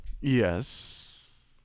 Yes